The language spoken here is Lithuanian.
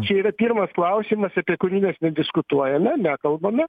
čia yra pirmas klausimas apie kurį mes nediskutuojame nekalbame